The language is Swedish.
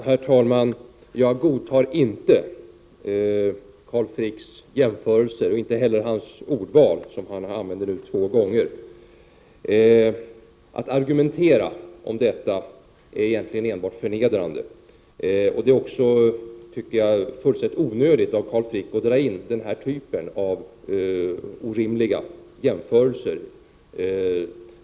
Herr talman! Jag godtar inte Carl Fricks jämförelser och inte heller hans ordval, som han nu har använt två gånger. Att argumentera om detta är egentligen enbart förnedrande. Det är också fullständigt onödigt att Carl Frick drar in denna typ av orimliga jämförelser.